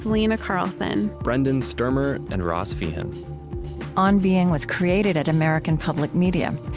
selena carlson, brendan stermer, and ross feehan on being was created at american public media.